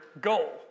goal